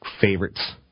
favorites